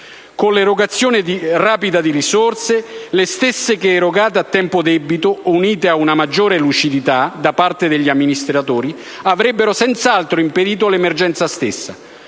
con l'erogazione rapida di risorse, le stesse che, erogate a tempo debito, unite a una maggiore lucidità da parte degli amministratori, avrebbero senz'altro impedito l'emergenza stessa.